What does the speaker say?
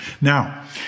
Now